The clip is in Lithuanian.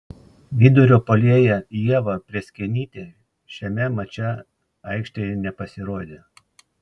vidurio puolėja ieva prėskienytė šiame mače aikštėje nepasirodė